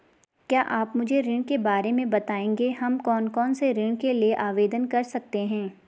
क्या आप मुझे ऋण के बारे में बताएँगे हम कौन कौनसे ऋण के लिए आवेदन कर सकते हैं?